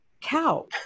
cow